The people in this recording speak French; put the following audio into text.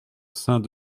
saint